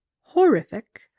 horrific